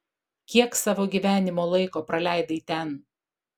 kiek savo gyvenimo laiko praleidai ten